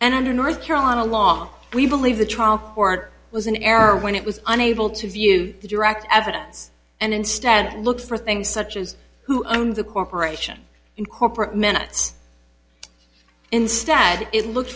and under north carolina law we believe the trial court was in error when it was unable to view the direct evidence and instead look for things such as who owned the corporation in corporate minutes instead it looked